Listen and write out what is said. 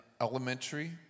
elementary